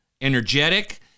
energetic